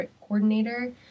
coordinator